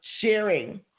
sharing